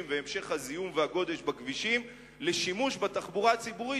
והמשך הזיהום והגודש בכבישים לשימוש בתחבורה הציבורית,